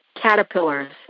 caterpillars